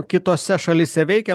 kitose šalyse veikia